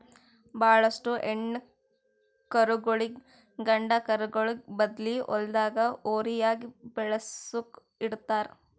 ಭಾಳೋಷ್ಟು ಹೆಣ್ಣ್ ಕರುಗೋಳಿಗ್ ಗಂಡ ಕರುಗೋಳ್ ಬದ್ಲಿ ಹೊಲ್ದಾಗ ಹೋರಿಯಾಗಿ ಬೆಳಸುಕ್ ಇಡ್ತಾರ್